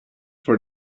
for